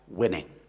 winning